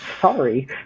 Sorry